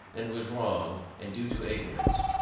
and was wrong and due to ignorance.